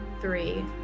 three